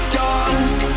dark